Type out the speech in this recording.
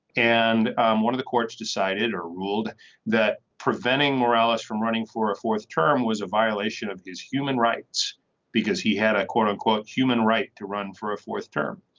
and and one of the courts decided or ruled that preventing morales from running for a fourth term was a violation of his human rights because he had a quote unquote human right to run for a fourth term.